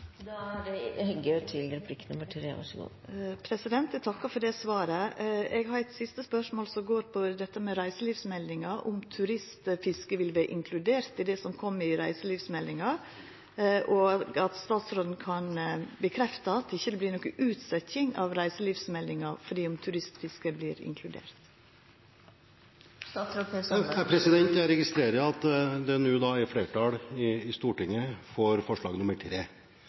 for svaret. Eg har eit siste spørsmål. Det dreier seg om reiselivsmeldinga – om turistfiske vil vera inkludert i det som kjem i reiselivsmeldinga. Kan statsråden bekrefta at det ikkje vert noka utsetjing av reiselivsmeldinga om turistfiske vert inkludert? Jeg registrerer at det nå er flertall i Stortinget for forslag